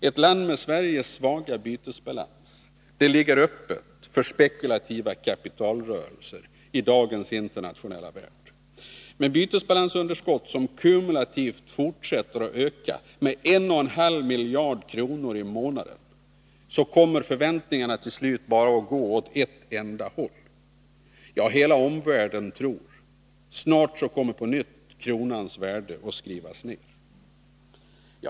Ett land med så svag bytesbalans som Sveriges ligger öppet för spekulativa kapitalrörelser i dagens internationella värld. Med bytesbalansunderskott som kumulativt fortsätter att öka med 1,5 miljarder i månaden kommer förväntningarna till slut bara att gå åt ett håll: hela världen tror att kronans värde snart kommer att skrivas ned på nytt.